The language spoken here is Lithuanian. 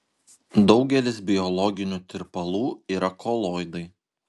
daugelis biologinių tirpalų yra koloidai